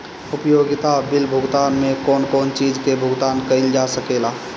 उपयोगिता बिल भुगतान में कौन कौन चीज के भुगतान कइल जा सके ला?